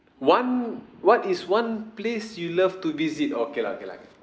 one what is one place you love to visit okay lah okay lah okay lah